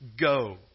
go